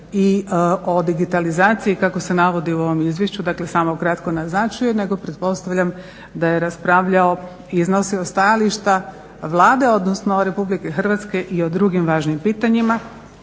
i o digitalizaciji kako se navodi u ovom izvješću. Dakle, samo ukratko naznačuje, nego pretpostavljam da je raspravljao i iznosio stajališta Vlade, odnosno RH i o drugim važnim pitanjima,